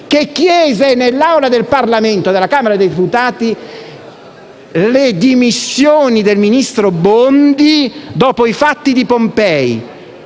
PD, chiese nell'Aula della Camera dei deputati le dimissioni del ministro Bondi dopo i fatti di Pompei.